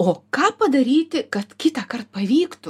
o ką padaryti kad kitąkart pavyktų